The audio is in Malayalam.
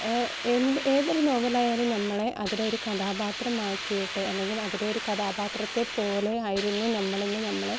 എന്ത് ഏതൊരു നോവലായാലും നമ്മളെ അതിലെ ഒരു കഥാപാത്രം ആക്കിയിട്ട് അല്ലെങ്കിൽ അതിലെ ഒരു കഥാപാത്രത്തെ പോലെ ആയിരുന്നു നമ്മളെന്ന് നമ്മളെ